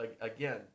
again